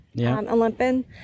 Olympian